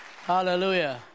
Hallelujah